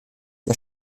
der